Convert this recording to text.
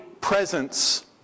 presence